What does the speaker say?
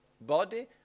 body